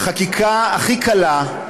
החקיקה הכי קלה,